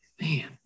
Man